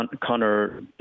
Connor